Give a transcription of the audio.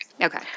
okay